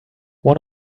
one